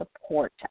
support